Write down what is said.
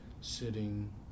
sitting